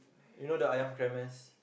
you know the Ayam-Gremes